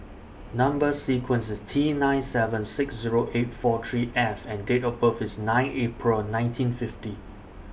Number sequence IS T nine seven six Zero eight four three F and Date of birth IS nine April nineteen fifty